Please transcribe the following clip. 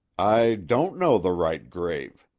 i don't know the right grave.